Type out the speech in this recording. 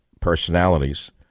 personalities